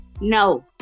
no